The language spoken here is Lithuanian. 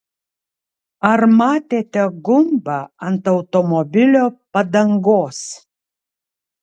ar matėte gumbą ant automobilio padangos